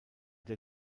der